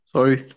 Sorry